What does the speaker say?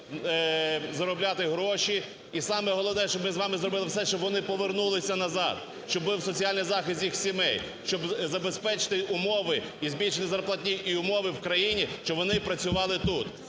заробляти гроші. І саме головне, щоб ми з вами зробили все, щоб вони повернулися назад, щоб був соціальний захист їх сімей, щоб забезпечити умови і збільшити зарплатню і умови в країні, щоб вони працювали тут.